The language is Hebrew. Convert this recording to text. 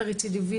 הנקודה ברורה,